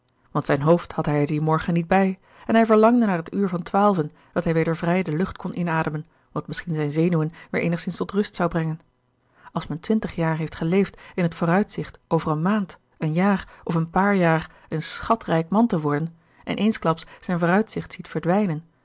want zijn hoofd had hij er dien morgen niet bij en hij verlangde naar het uur van twaalven dat hij weder vrij de lucht kon inademen wat misschien zijne zenuwen weer eenigzins tot rust zou brengen als men twintig jaar heeft geleefd in het vooruitzicht over een maand een jaar of een paar jaar een schatrijk man te worden en eensklaps zijn vooruitzicht ziet verdwijnen